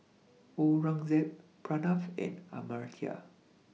Aurangzeb Pranav and Amartya